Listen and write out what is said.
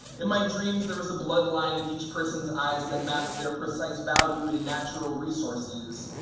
in my dreams there was a bloodline in each person's eyes that mapped their precise value in natural resources.